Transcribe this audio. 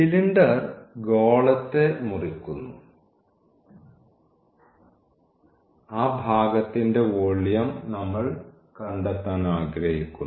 cylinder ഗോളത്തെ മുറിക്കുന്നു ആ ഭാഗത്തിൻറെ വോളിയം നമ്മൾ കണ്ടെത്താൻ ആഗ്രഹിക്കുന്നു